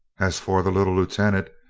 as for the little lieutenant,